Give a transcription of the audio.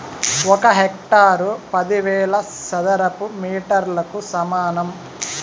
ఒక హెక్టారు పదివేల చదరపు మీటర్లకు సమానం